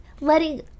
Letting